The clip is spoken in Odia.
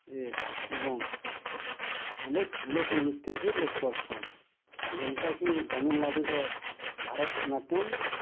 ଏ ଏବଂ ଅନେକ୍ ଲୋକ୍ ନୃତ୍ୟ ବିି କର୍ସନ୍ ଯେନ୍ତାକି ତାମିଲ୍ନାଡ଼ୁର ଭାରତନାଟ୍ୟମ୍